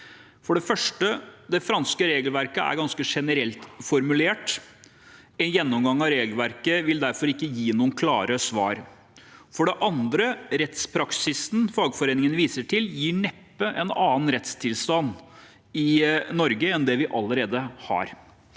For det første: Det franske regelverket er ganske generelt formulert. En gjennomgang av regelverket vil derfor ikke gi noen klare svar. – For det andre: Rettspraksisen fagforeningene viser til, gir neppe en annen rettstilstand i Norge enn den vi allerede har.